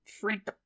freak